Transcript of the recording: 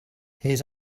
his